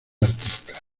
artistas